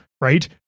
Right